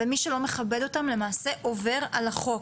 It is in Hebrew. ומי שלא מכבד אותן למעשה עובר על החוק.